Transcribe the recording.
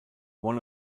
one